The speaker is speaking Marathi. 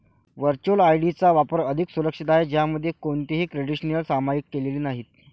व्हर्च्युअल आय.डी चा वापर अधिक सुरक्षित आहे, ज्यामध्ये कोणतीही क्रेडेन्शियल्स सामायिक केलेली नाहीत